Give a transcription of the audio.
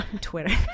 Twitter